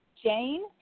Jane